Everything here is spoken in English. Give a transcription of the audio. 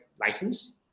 license